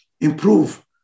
improve